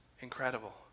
incredible